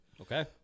Okay